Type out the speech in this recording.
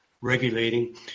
regulating